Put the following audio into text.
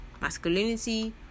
masculinity